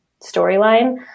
storyline